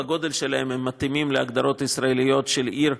בגודל שלהן הן מתאימות להגדרות ישראליות של עיר,